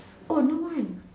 oh no one